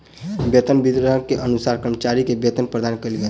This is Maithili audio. वेतन विवरण के अनुसार कर्मचारी के वेतन प्रदान कयल गेल